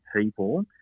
people